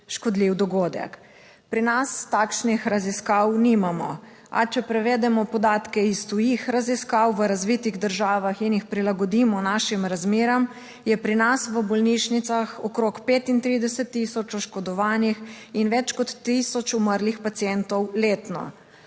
škodljiv dogodek. Pri nas takšnih raziskav nimamo, a če prevedemo podatke iz tujih raziskav v razvitih državah in jih prilagodimo našim razmeram, je pri nas v bolnišnicah okrog 35 tisoč oškodovanih in več kot tisoč umrlih pacientov letno;